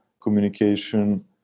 communication